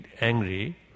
angry